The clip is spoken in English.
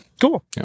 Cool